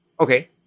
okay